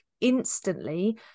instantly